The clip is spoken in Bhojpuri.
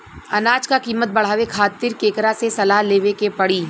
अनाज क कीमत बढ़ावे खातिर केकरा से सलाह लेवे के पड़ी?